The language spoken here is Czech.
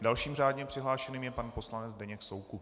Dalším řádně přihlášeným je pan poslanec Zdeněk Soukup.